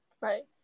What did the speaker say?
Right